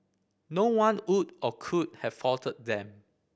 no one would or could have faulted them